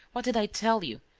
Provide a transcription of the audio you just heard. what did i tell you?